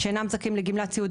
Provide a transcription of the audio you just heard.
שאינם זכאים לגמלת סיעוד,